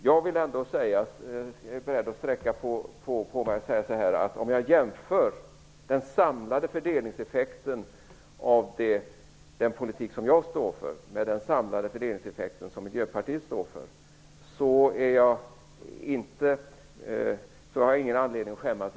Jag är ändå beredd att sträcka mig så långt som att säga att om jag jämför den samlade fördelningseffekten av den politik som jag står för med den samlade fördelningseffekten i den politik som Miljöpartiet står för har jag ingen anledning att skämmas.